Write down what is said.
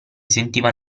sentiva